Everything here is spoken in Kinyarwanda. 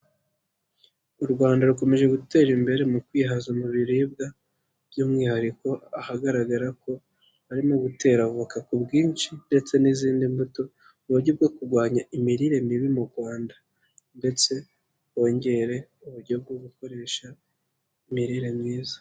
U Rwanda rukomeje gutera imbere mu kwihaza mu biribwa by'umwihariko ahagaragara ko barimo gutera avoka ku bwinshi ndetse n'izindi mbuto mu uburyo bwo kurwanya imirire mibi mu Rwanda ndetse bongere uburyo bwo gukoresha imirire myiza.